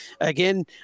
again